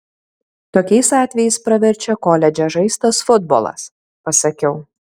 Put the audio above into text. tokiais atvejais praverčia koledže žaistas futbolas pasakiau